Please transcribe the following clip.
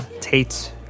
Tate